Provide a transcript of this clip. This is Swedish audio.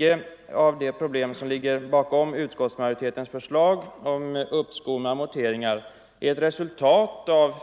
Många av de problem som ligger bakom utskottsmajoritetens förslag om uppskov med amorteringarna är faktiskt ett resultat av